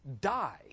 die